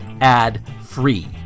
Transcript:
ad-free